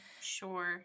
Sure